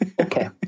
Okay